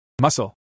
muscle